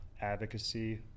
advocacy